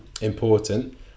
important